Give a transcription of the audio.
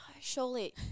Surely